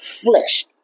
flesh